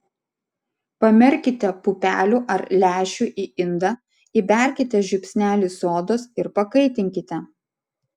pamerkite pupelių ar lęšių į indą įberkite žiupsnelį sodos ir pakaitinkite